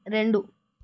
రెండు